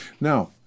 Now